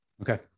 Okay